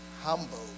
humble